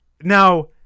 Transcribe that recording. Now